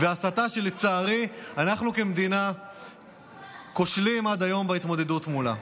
הסתה שלצערי אנחנו כמדינה כושלים עד היום בהתמודדות מולה.